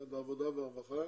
משרד העבודה והרווחה